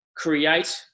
create